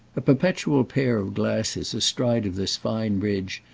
a perpetual pair of glasses astride of this fine ridge,